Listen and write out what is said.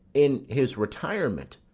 in his retirement,